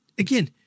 again